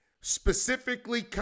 specifically